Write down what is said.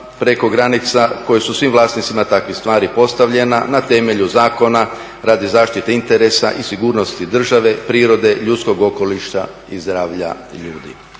preko granica koje su svim vlasnicima takvih stvari postavljena na temelju zakona radi zaštite interesa i sigurnosti države, prirode, ljudskog okoliša i zdravlja ljudi.